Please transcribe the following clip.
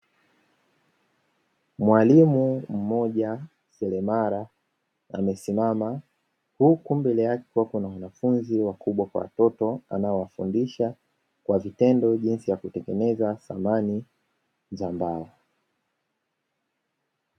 Mwalimu mmoja selemara amesimama huku mbele yake kukiwa na wanafunzi wakubwa kwa watoto anaowafundisha kwa vitendo jinsi ya kutengeneza samani za mbao.